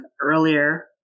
earlier